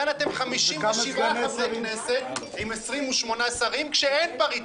כאן אתם 57 חברי כנסת עם 28 שרים, כשאין פריטטית.